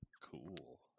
cool